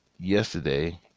yesterday